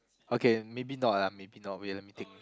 okay maybe not ah maybe not wait let me think